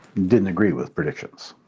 didn't agree with predictions.